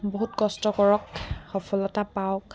বহুত কষ্ট কৰক সফলতা পাওক